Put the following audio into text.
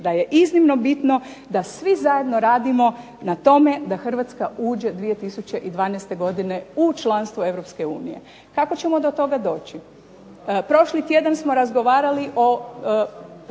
da je iznimno bitno da svi zajedno radimo na tome da Hrvatska uđe 2012. godine u članstvo Europske unije. Kako ćemo do toga doći? Prošli tjedan smo razgovarali o